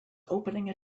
opening